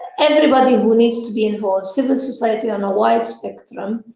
everybody who needs to be involved. civil society on a wide spectrum.